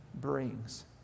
brings